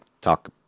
talk